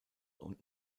und